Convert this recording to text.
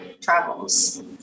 travels